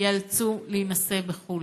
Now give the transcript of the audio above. ייאלצו להינשא בחו"ל.